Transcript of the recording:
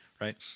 Right